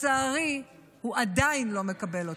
ולצערי, הוא עדיין לא מקבל אותה.